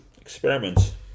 experiments